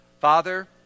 Father